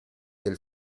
del